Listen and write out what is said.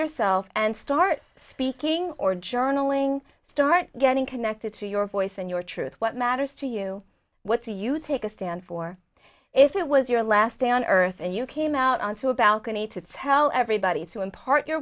yourself and start speaking or journaling start getting connected to your voice and your truth what matters to you what do you take a stand for if it was your last day on earth and you came out onto a balcony to tell everybody to impart your